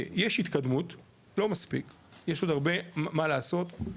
יש התקדמות, לא מספיק, יש עוד הרבה מה לעשות.